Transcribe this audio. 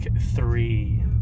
three